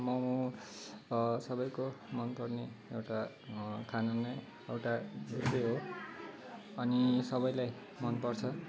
मोमो सबैको मनपर्ने एउटा खाने नै एउटा चिजै हो अनि सबैलाई मनपर्छ